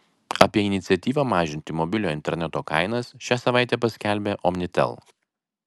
apie iniciatyvą mažinti mobiliojo interneto kainas šią savaitę paskelbė omnitel